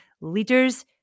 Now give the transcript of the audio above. leaders